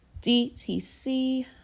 DTC